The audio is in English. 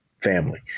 family